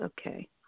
Okay